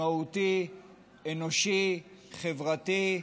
משמעותי, אנושי, חברתי.